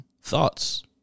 Thoughts